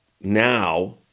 now-